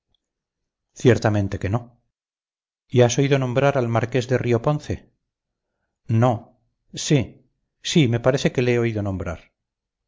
ciertamente que no y has oído nombrar al marqués de rioponce no sí sí me parece que le he oído nombrar